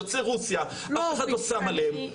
יוצאי רוסיה, אף אחד לא שם עליהם.